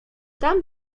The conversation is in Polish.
tam